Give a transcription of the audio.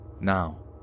Now